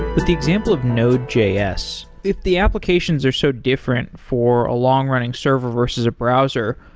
with the example of node js, if the applications are so different for a long running server versus a browser,